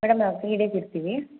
madam ನಾವು three days ಇರ್ತೀವಿ